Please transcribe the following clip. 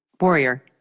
Warrior